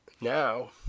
Now